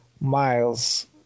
Miles